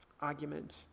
argument